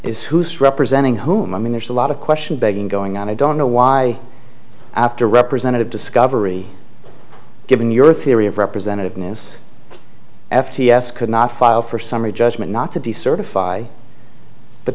is who's representing whom i mean there's a lot of question begging going on i don't know why after representative discovery given your theory of representativeness f t s could not file for summary judgment not to decertify but